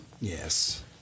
Yes